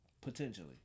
Potentially